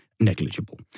Negligible